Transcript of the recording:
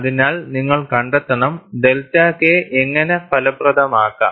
അതിനാൽ നിങ്ങൾ കണ്ടെത്തണം ഡെൽറ്റ കെ എങ്ങനെ ഫലപ്രദമാക്കാം